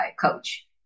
coach